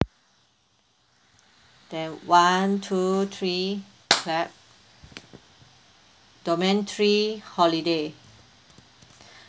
then one two three clap domain three holiday